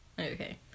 Okay